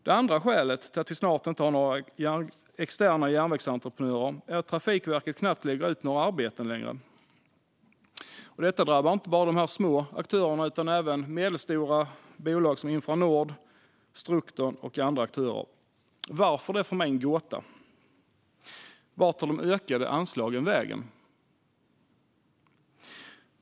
Det andra skälet till att vi snart inte har några externa järnvägsentreprenörer kvar är att Trafikverket knappt lägger ut några arbeten längre. Detta drabbar inte bara de små aktörerna utan även medelstora bolag som Infranord, Strukton och andra. Varför är för mig en gåta: Vart tar de ökade anslagen vägen?